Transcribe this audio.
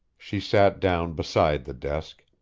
she sat down beside the desk,